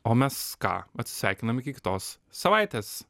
o mes ką atsisveikinom iki kitos savaitės